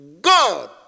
God